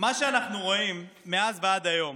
מה שאנחנו רואים מאז ועד היום